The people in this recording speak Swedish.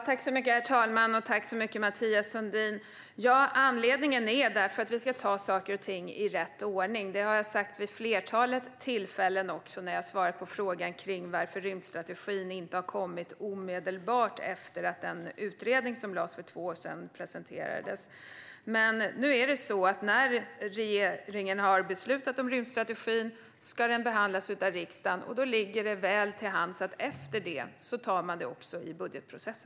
Herr talman! Tack så mycket, Mathias Sundin! Anledningen är att vi ska ta saker och ting i rätt ordning. Det har jag sagt vid flertalet tillfällen när jag har svarat på frågan varför rymdstrategin inte kom omedelbart efter att utredningen presenterades för två år sedan. När regeringen har beslutat om rymdstrategin ska den behandlas av riksdagen, och därefter ligger det väl till hands att ta detta i budgetprocessen.